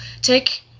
take